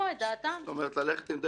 איך,